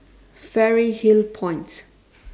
Fairy Hill Point